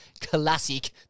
Classic